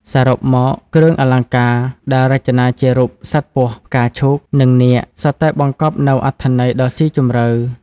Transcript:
សរុបមក គ្រឿងអលង្ការដែលរចនាជារូបសត្វពស់ ផ្កាឈូក និងនាគ សុទ្ធតែបង្កប់នូវអត្ថន័យដ៏ស៊ីជម្រៅ។